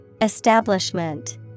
Establishment